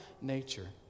nature